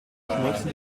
schmolzen